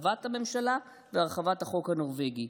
הרחבת הממשלה והרחבת החוק הנורבגי.